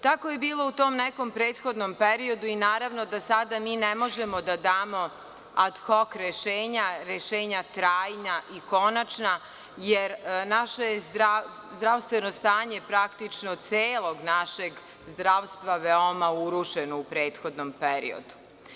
Tako je bilo u tom nekom prethodnom periodu i naravno da mi sada ne možemo da damo ad hok rešenja, rešenja trajna i konačna, jer, naše je zdravstveno stanje, praktično celog našeg zdravstva, veoma urušeno u prethodnom periodu.